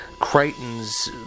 Crichton's